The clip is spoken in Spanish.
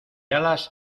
alas